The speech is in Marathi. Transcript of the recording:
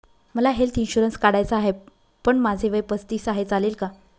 मला हेल्थ इन्शुरन्स काढायचा आहे पण माझे वय पस्तीस आहे, चालेल का?